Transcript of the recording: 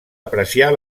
apreciar